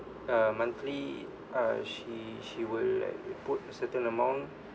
uh monthly uh she she will like put a certain amount